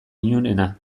ilunena